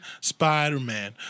Spider-Man